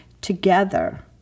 together